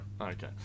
Okay